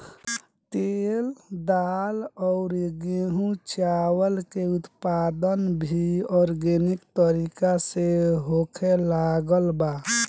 तेल, दाल अउरी गेंहू चावल के उत्पादन भी आर्गेनिक तरीका से होखे लागल बा